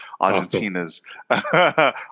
Argentina's